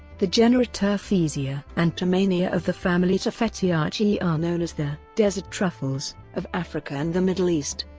the genera terfezia and tirmania of the family terfeziaceae are known as the desert truffles of africa and the middle east.